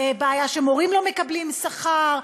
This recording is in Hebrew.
בעיה שמורים לא מקבלים שכר,